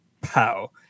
pow